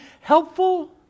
helpful